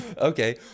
Okay